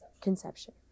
Conception